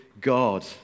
God